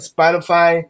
Spotify